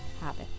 habit